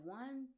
one